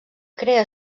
crea